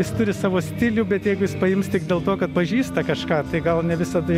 jis turi savo stilių bet jeigu jis paims tik dėl to kad pažįsta kažką tai gal ne visada